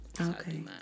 okay